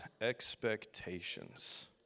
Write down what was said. expectations